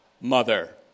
mother